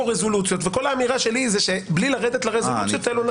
רזולוציות וכל האמירה שלי היא שבלי לרדת לרזולוציות האלו,